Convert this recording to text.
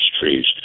trees